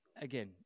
again